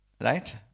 Right